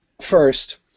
first